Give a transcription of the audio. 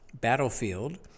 battlefield